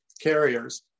carriers